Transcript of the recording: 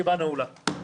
הישיבה נעולה.